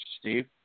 Steve